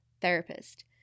therapist